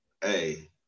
hey